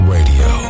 Radio